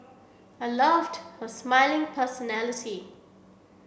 I loved her smiling personality